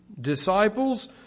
disciples